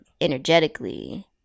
energetically